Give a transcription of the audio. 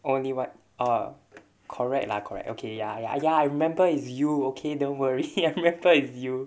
only one orh correct lah correct okay ya ya ya I remember it's you okay don't worry I remember it's you